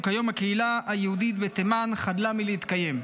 וכיום הקהילה היהודית בתימן חדלה מלהתקיים.